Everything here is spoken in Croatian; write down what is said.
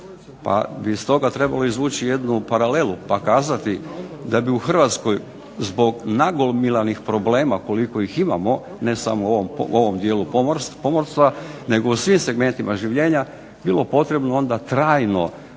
Pa bi stoga trebalo izvući jednu paralelu, pa kazati da bi u Hrvatskoj zbog nagomilanih problema koliko ih imamo, ne samo u ovom dijelu pomorstva, nego u svim segmentima življenja bilo potrebno onda trajno